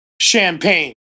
champagne